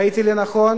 ראיתי לנכון